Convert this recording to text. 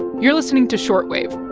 you're listening to short wave